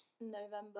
November